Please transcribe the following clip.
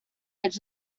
edge